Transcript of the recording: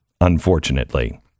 unfortunately